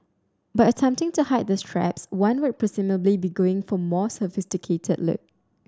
by attempting to hide the straps one would presumably be going for more sophisticated look